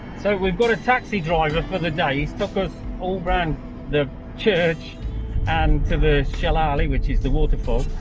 so we've got a taxi driver. he's took us all round the church and to the selalesi, which is the waterfall.